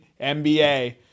NBA